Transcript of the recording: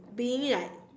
being like